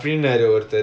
okay